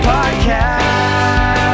Podcast